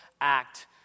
act